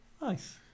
Nice